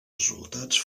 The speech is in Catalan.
resultats